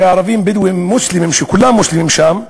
שערבים בדואים מוסלמים, כולם מוסלמים שם,